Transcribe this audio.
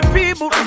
people